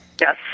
yes